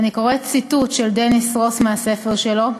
ואני קוראת ציטוט של דניס רוס מהספר שלו: